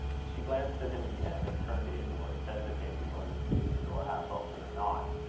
she glanced at him again, and turned inwards, hesitating whether to leave the door half-open or not.